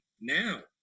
now